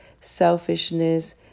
selfishness